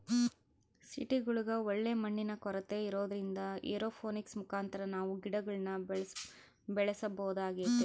ಸಿಟಿಗುಳಗ ಒಳ್ಳೆ ಮಣ್ಣಿನ ಕೊರತೆ ಇರೊದ್ರಿಂದ ಏರೋಪೋನಿಕ್ಸ್ ಮುಖಾಂತರ ನಾವು ಗಿಡಗುಳ್ನ ಬೆಳೆಸಬೊದಾಗೆತೆ